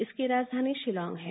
इसकी राजधानी शिलांग है